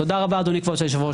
תודה רבה, אדוני כבוד היושב-ראש.